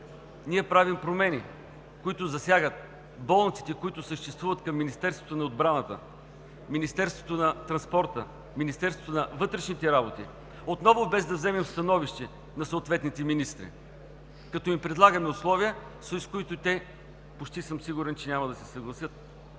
Ние правим промени, които засягат болниците, които съществуват към Министерството на отбраната, Министерството на транспорта, Министерството на вътрешните работи, отново без да вземем становище на съответните министри, като им предлагаме условия, с които почти съм сигурен, че те няма да се съгласят.